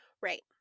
Right